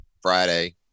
Friday